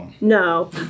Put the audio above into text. No